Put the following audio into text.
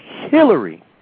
Hillary